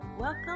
Welcome